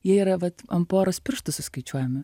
jie yra vat ant poros pirštų suskaičiuojami